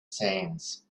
sands